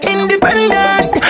Independent